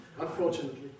Unfortunately